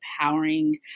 empowering